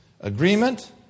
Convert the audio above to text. agreement